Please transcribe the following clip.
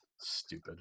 Stupid